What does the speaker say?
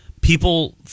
people